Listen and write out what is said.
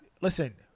listen